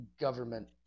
government